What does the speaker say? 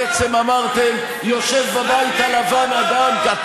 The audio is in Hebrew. בעצם אמרתם: יושב בבית הלבן אדם, מי, ?